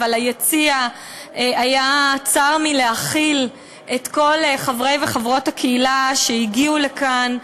אבל היציע היה צר מלהכיל את כל חברות וחברי הקהילה שהגיעו לכאן,